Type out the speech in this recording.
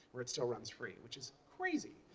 where it still runs free, which is crazy.